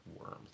worms